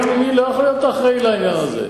המבקר הפנימי לא יכול להיות האחראי לעניין הזה.